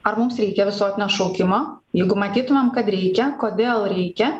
ar mums reikia visuotinio šaukimo jeigu matytumėm kad reikia kodėl reikia